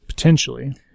Potentially